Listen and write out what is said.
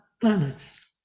planets